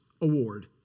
Award